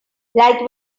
like